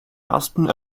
ersten